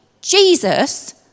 Jesus